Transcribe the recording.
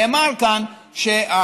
נאמר כאן שאנחנו,